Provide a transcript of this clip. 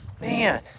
man